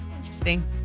Interesting